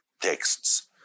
texts